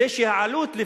זה שהעלות,